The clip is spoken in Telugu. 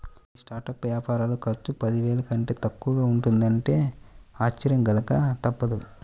కొన్ని స్టార్టప్ వ్యాపారాల ఖర్చు పదివేల కంటే తక్కువగా ఉంటున్నదంటే ఆశ్చర్యం కలగక తప్పదు